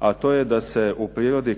a to je da se u prirodi